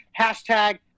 hashtag